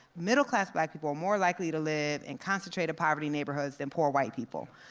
middle class black people are more likely to live in concentrated poverty neighborhoods than poor white people.